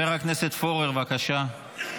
חבר הכנסת פורר, בבקשה.